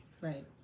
Right